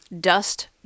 dust